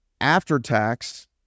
after-tax